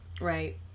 right